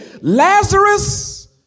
Lazarus